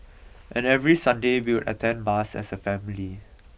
and every Sunday we'll attend mass as a family